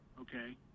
Okay